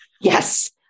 yes